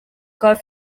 car